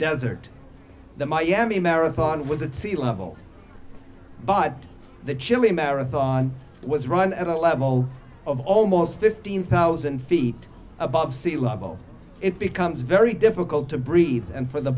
desert the miami marathon was at sea level but the chilly marathon was run at a level of almost fifteen thousand feet above sea level it becomes very difficult to breathe and for the